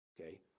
Okay